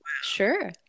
Sure